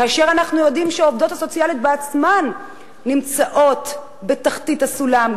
וכאשר אנחנו יודעים שהעובדות הסוציאליות בעצמן נמצאות בתחתית הסולם,